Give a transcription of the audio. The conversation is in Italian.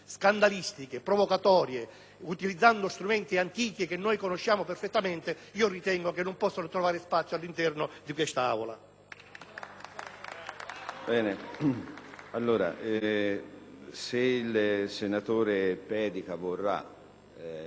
scandalistiche, provocatorie, utilizzando strumenti antichi che conosciamo perfettamente, non possano trovare spazio all'interno di quest'Aula.